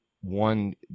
one